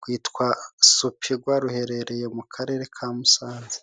rwitwa Sopigwa, ruherereye mu karere ka Musanze.